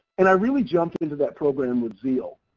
and i really jumped into that program with zeal.